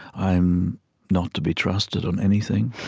i'm not to be trusted on anything.